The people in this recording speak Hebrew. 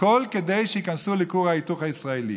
הכול כדי שייכנסו לכור ההיתוך הישראלי.